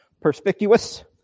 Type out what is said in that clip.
perspicuous